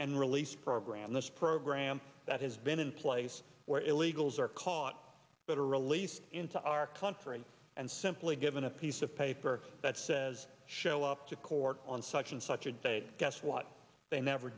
and release program this program that has been in place where illegals are caught but are released into our country and simply given a piece of paper that says show up to court on such and such a day guess what they never